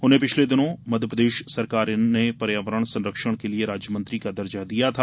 उन्हें पिछले दिनों मध्यप्रदेश सरकार ने पर्यावरण संरक्षण के लिये राज्यमंत्री का दर्जा दिया था